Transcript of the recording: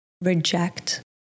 reject